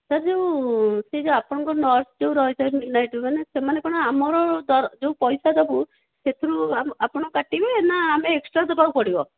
sir ଯେଉଁ ସେଇ ଯେଉଁ ଆପଣଙ୍କର ନର୍ସ୍ ଯେଉଁ ରହିଥାନ୍ତି ନାଇଟ୍ରେ ମାନେ ସେମାନେ କ'ଣ ଆମର ଯେଉଁ ପଇସା ଦେବୁ ସେଥିରୁ ଆପଣ କାଟିବେ ନା ଆମେ ଏକ୍ସଟ୍ରା ଦେବାକୁ ପଡ଼ିବ